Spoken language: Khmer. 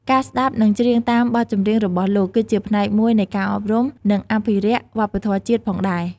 ការស្ដាប់ និងច្រៀងតាមបទចម្រៀងរបស់លោក គឺជាផ្នែកមួយនៃការអប់រំ និងអភិរក្សវប្បធម៌ជាតិផងដែរ ។